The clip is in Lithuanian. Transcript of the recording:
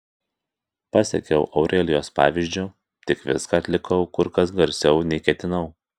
pasekiau aurelijos pavyzdžiu tik viską atlikau kur kas garsiau nei ketinau